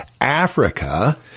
Africa